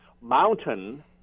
mountain